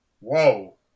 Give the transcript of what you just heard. whoa